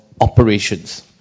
operations